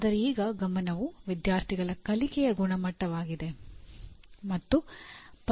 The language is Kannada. ಆದರೆ ಈಗ ಗಮನವು ವಿದ್ಯಾರ್ಥಿಗಳ ಕಲಿಕೆಯ ಗುಣಮಟ್ಟವಾಗಿದೆ